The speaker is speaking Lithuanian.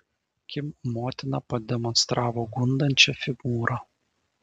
kim motina pademonstravo gundančią figūrą